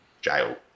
jail